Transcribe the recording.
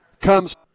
comes